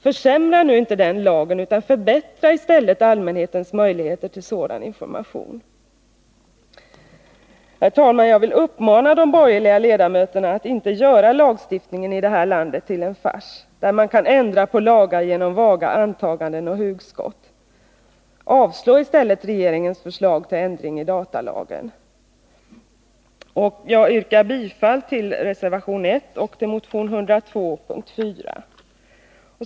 Försämra nu inte lagen, utan förbättra i stället allmänhetens möjligheter till sådan information. Herr talman! Jag vill uppmana de borgerliga ledamöterna att inte göra lagstiftningen i det här landet till en fars, där man kan ändra på lagar på grundval av vaga antaganden och hugskott. Avslå i stället regeringens förslag till ändring i datalagen! Jag yrkar, herr talman, bifall till reservation 1 och motion 102, punkt 4.